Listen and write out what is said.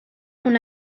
una